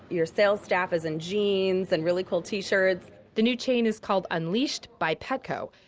your sales staff is in jeans and really cool t-shirts the new chain is called unleashed by petco.